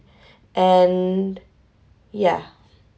and ya